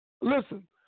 listen